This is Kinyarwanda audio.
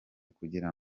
kugira